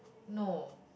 no